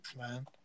man